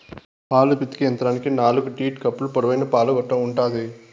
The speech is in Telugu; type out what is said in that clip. పాలు పితికే యంత్రానికి నాలుకు టీట్ కప్పులు, పొడవైన పాల గొట్టం ఉంటాది